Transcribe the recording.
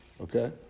Okay